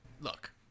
Look